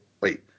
wait